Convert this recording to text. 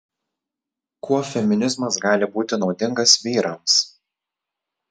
kuo feminizmas gali būti naudingas vyrams